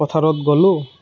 পথাৰত গ'লোঁ